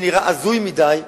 זה נראה הזוי מדי,